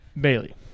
bailey